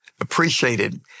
appreciated